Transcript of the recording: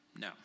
No